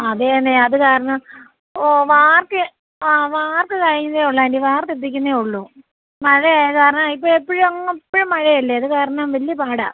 അതെയെന്നെ അതു കാരണം ഓഹ് വാർപ്പ് ആ വാർപ്പ് കഴിഞ്ഞേ ഉള്ളൂ ആൻ്റി വാർത്തിട്ടിരിക്കുന്നതേ ഉള്ളൂ മഴയാണ് കാരണം ഇപ്പം ഇപ്പോഴെങ്ങും എപ്പോഴും മഴയല്ലേ അതു കാരണം വലിയ പാടാണ്